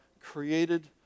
created